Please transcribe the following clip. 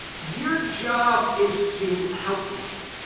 your job is to help people.